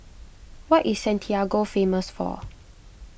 what is Santiago famous for